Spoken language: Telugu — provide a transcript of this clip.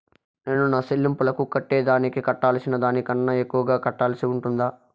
నేను నా సెల్లింపులకు కట్టేదానికి కట్టాల్సిన దానికన్నా ఎక్కువగా కట్టాల్సి ఉంటుందా?